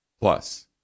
Plus